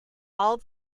all